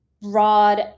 broad